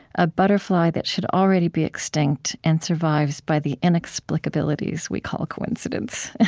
a butterfly that should already be extinct and survives by the inexplicabilities we call coincidence.